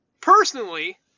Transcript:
Personally